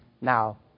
Now